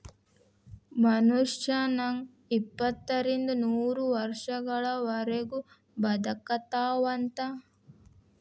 ಮನುಷ್ಯ ನಂಗ ಎಪ್ಪತ್ತರಿಂದ ನೂರ ವರ್ಷಗಳವರಗು ಬದಕತಾವಂತ